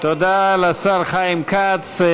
תודה לשר חיים כץ.